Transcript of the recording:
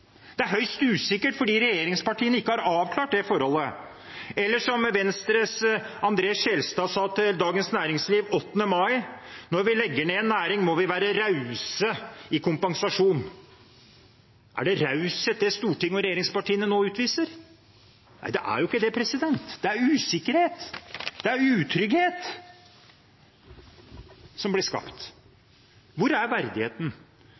Det er høyst usikkert fordi regjeringspartiene ikke har avklart det forholdet – eller som Venstres André N. Skjelstad sa til Dagens Næringsliv den 8. mai: når vi legger ned en næring, må vi være raus med kompensasjonen.» Er det raushet det som Stortinget og regjeringspartiene nå utviser? Nei, det er jo ikke det. Det er usikkerhet og utrygghet som blir skapt. Hvor er verdigheten?